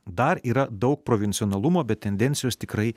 dar yra daug provincialumo bet tendencijos tikrai